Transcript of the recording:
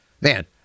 man